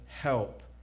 help